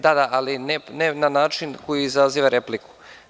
Da, ali ne na način koji izaziva repliku.